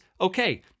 okay